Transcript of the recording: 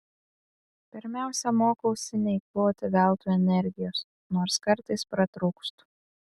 pirmiausia mokausi neeikvoti veltui energijos nors kartais pratrūkstu